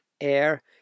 air